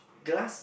glass